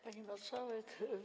Pani Marszałek!